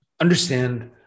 understand